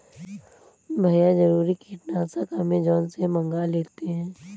भैया जरूरी कीटनाशक अमेजॉन से मंगा लेते हैं